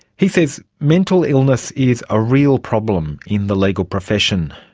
he says mental illness is a real problem in the legal profession.